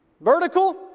vertical